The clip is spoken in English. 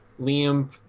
Liam